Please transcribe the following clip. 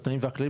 התנאים והכללים,